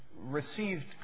received